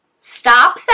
stop